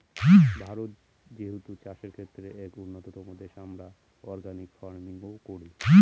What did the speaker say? ভারত যেহেতু চাষের ক্ষেত্রে এক উন্নতম দেশ, আমরা অর্গানিক ফার্মিং ও করি